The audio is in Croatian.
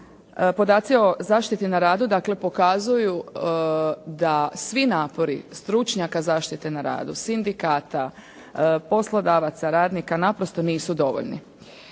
Podaci o zaštiti na radu dakle pokazuju da svi napori stručnjaka zaštite na radu, sindikata, poslodavaca, radnika naprosto nisu dovoljni.